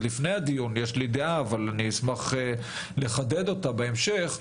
לפני הדיון יש לי דעה אבל אני אשמח לחדד אותה בהמשך.